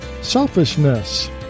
selfishness